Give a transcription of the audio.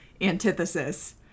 antithesis